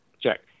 check